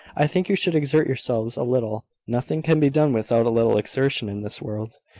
i think you should exert yourselves little. nothing can be done without a little exertion in this world,